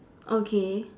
okay